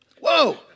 Whoa